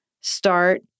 start